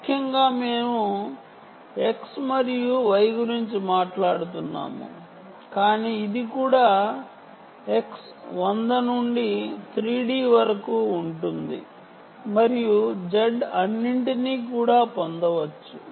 ముఖ్యంగా మేము X మరియు y గురించి మాట్లాడుతున్నాము కానీ ఇది కూడా X వంద నుండి 3D వరకు ఉంటుంది మరియు z ని కూడా పొందవచ్చు